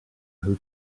who